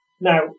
Now